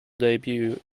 debut